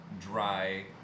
Dry